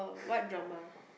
what drama